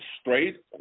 straight